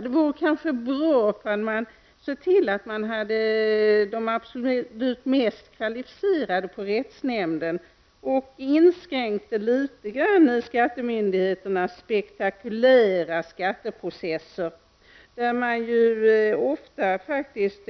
Det vore kanske bra om man såg till att man hade de absolut mest kvalificerade på rättsnämnden och inskränkte litet grand på skattemyndigheternas spektakulära skatteprocesser, där det ofta